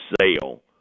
sale